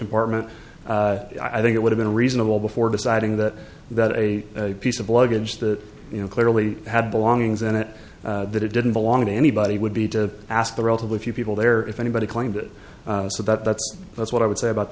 compartment i think it would have been reasonable before deciding that that a piece of luggage that you know clearly had belongings in it that it didn't belong to anybody would be to ask the relatively few people there if anybody claimed it so that's that's what i would say about